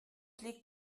liegt